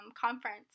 Conference